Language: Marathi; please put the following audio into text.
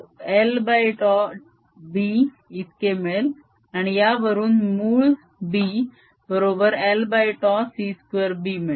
हे lτ B इतके मिळेल आणि यावरून मूळ B बरोबर l τ c2 B मिळेल